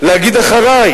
להגיד "אחרי".